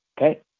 okay